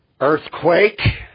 Earthquake